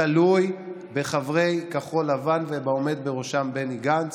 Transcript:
הדבר תלוי בחברי כחול לבן ובעומד בראשם בני גנץ.